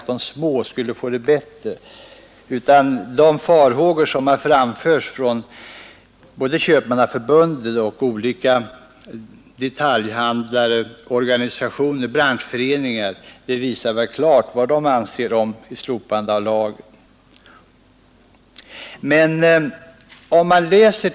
De farhågor som har framförts från både Köpmannaförbundet och olika branschföreningar visar klart vad de anser om ett slopande av lagen.